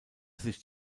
sich